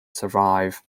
survive